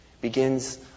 begins